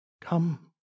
Come